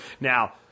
Now